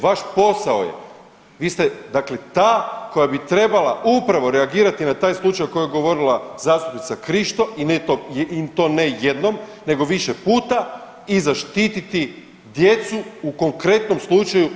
Vaš posao je vi ste ta koja bi trebala upravo reagirati na taj slučaj o kojem je govorila zastupnica Krišto i to ne jednom nego više puta i zaštiti djecu u konkretnom slučaju.